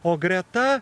o greta